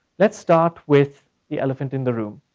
let's start with the elephant in the room,